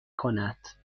کند